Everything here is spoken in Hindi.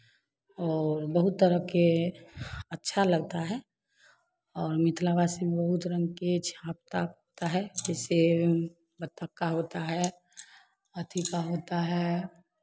और बहुत तरह के अच्छा लगता है और मिथलावासी बहुत रंग की छाप ताप होता है जैसे बतख का होता है अथी का होता है